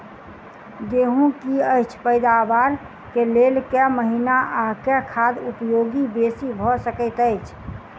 गेंहूँ की अछि पैदावार केँ लेल केँ महीना आ केँ खाद उपयोगी बेसी भऽ सकैत अछि?